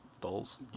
dolls